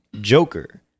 Joker